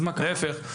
להיפך.